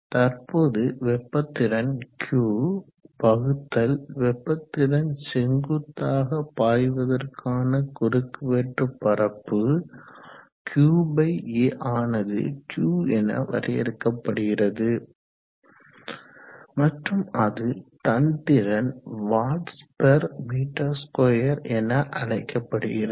தற்போது வெப்ப திறன் Q வகுத்தல் வெப்பத்திறன் செங்குத்தாக பாய்வதற்கான குறுக்குவெட்டு பரப்பு QA ஆனது q என வரையறுக்கப்படுகிறது மற்றும் அது தன்திறன் Wm2 என அழைக்கப்படுகிறது